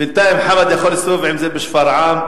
בינתיים חמד יכול להסתובב עם זה בשפרעם,